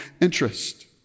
interest